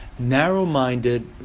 narrow-minded